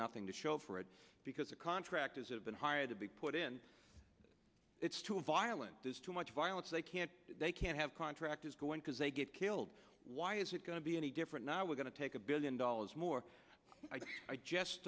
nothing to show for it because the contractors have been hired to be put in it's to a violent there's too much violence they can't they can't have contractors going because they get killed why is it going to be any different now we're going to take a billion dollars more i just